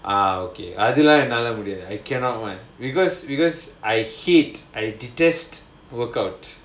uh okay அதுலாம் என்னால முடியாது:adhulaam ennaala mudiyaathu I cannot [one] because I hate I detest workout